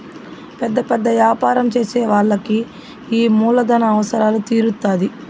పెద్ద పెద్ద యాపారం చేసే వాళ్ళకి ఈ మూలధన అవసరాలు తీరుత్తాధి